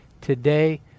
today